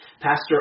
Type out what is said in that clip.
Pastor